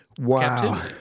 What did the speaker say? Wow